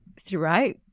throughout